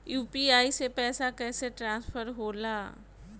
UPI से पैसा कैसे ट्रांसफर होला?